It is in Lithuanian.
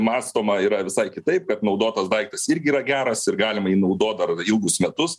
mąstoma yra visai kitaip kad naudotas daiktas irgi yra geras ir galima jį naudot dar ilgus metus